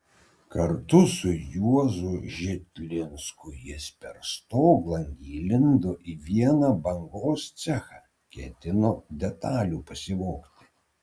kartu su juozu žitlinsku jis per stoglangį įlindo į vieną bangos cechą ketino detalių pasivogti